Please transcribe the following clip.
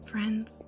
Friends